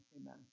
amen